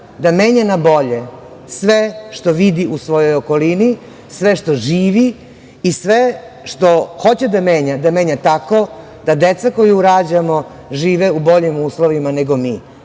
da menja na bolje sve što vidi u svojoj okolini, sve što živi i sve što hoće da menja da menja tako da deca koju rađamo žive u boljim uslovima nego mi. To